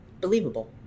Believable